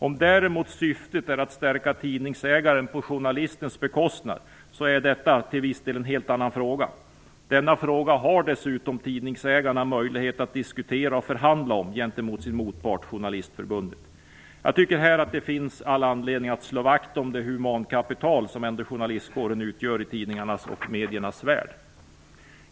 Om däremot syftet är att stärka tidningsägaren på journalistens bekostnad är det till viss del en annan fråga. Den frågan har dessutom tidningsägarna möjlighet att diskutera och förhandla om gentemot sin motpart, Jag tycker att det finns all anledning att slå vakt om det humankapital som ändå journalistkåren utgör i tidningarnas och mediernas värld.